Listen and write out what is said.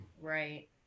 Right